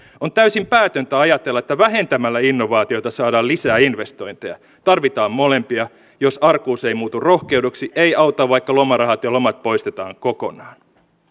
on täysin päätöntä ajatella että vähentämällä innovaatioita saadaan lisää investointeja tarvitaan molempia jos arkuus ei muutu rohkeudeksi ei auta vaikka lomarahat ja lomat poistetaan kokonaan